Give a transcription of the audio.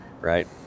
right